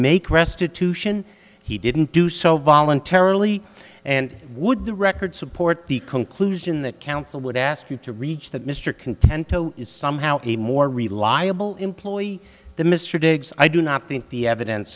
make restitution he didn't do so voluntarily and would the record support the conclusion that council would ask you to reach that mr content is somehow a more reliable employee the mr diggs i do not think the evidence